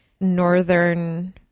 northern